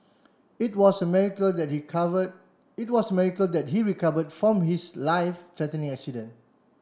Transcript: it was a miracle that he cover it was a miracle that he recovered from his life threatening accident